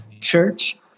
church